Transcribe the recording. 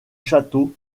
château